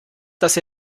dass